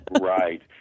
Right